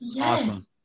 awesome